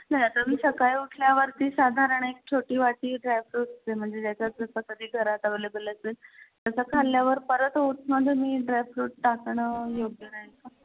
नाही आता मी सकाळी उठल्यावरती साधारण एक छोटी वाटी ड्रायफ्रुट्सचे म्हणजे ज्याच्यात जसं कधी घरात अव्हेलेबल असेल तसं खाल्ल्यावर परत ओटमध्ये मी ड्रायफ्रूट टाकणं योग्य राहील का